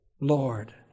Lord